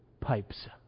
Pipes